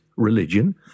Religion